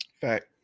Fact